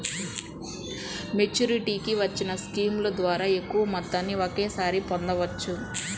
మెచ్యూరిటీకి వచ్చిన స్కీముల ద్వారా ఎక్కువ మొత్తాన్ని ఒకేసారి పొందవచ్చు